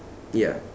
ya